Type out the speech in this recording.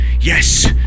Yes